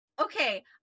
Okay